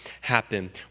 happen